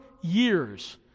years